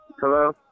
Hello